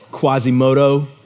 Quasimodo